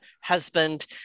husband